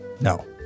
No